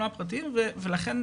לא הפרטיים ולכן,